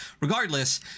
regardless